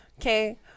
Okay